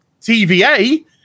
TVA